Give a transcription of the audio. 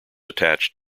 attached